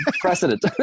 precedent